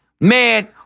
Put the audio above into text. man